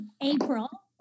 April